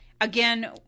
again